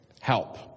help